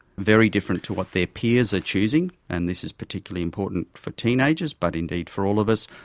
very different to what their peers are choosing, and this is particularly important for teenagers but indeed for all of us,